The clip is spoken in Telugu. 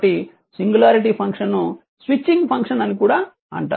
కాబట్టి సింగులారిటీ ఫంక్షన్ ను స్విచింగ్ ఫంక్షన్ అని కూడా అంటారు